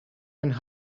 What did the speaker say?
and